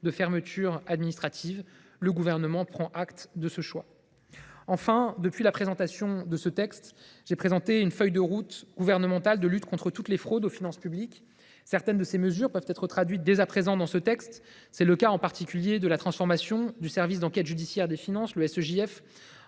de fermeture administrative. Le Gouvernement prend acte de ce choix. Enfin, depuis la présentation de ce texte, j’ai présenté une feuille de route gouvernementale de lutte contre toutes les fraudes aux finances publiques. Certaines de ses mesures peuvent être traduites dès à présent dans ce texte. C’est le cas, en particulier, de la transformation du service d’enquête judiciaire des finances en